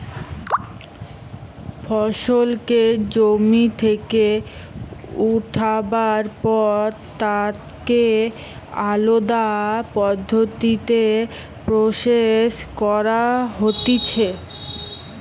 ফসলকে জমি থেকে উঠাবার পর তাকে আলদা পদ্ধতিতে প্রসেস করা হতিছে